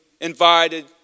invited